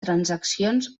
transaccions